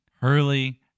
Hurley